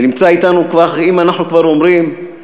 ואם אנחנו כבר אומרים,